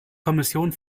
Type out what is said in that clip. kommission